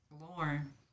Lauren